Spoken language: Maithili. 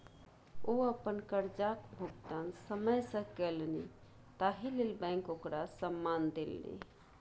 ओ अपन करजाक भुगतान समय सँ केलनि ताहि लेल बैंक ओकरा सम्मान देलनि